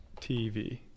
TV